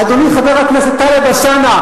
אדוני חבר הכנסת טלב אלסאנע,